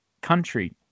country